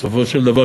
בסופו של דבר,